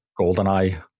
GoldenEye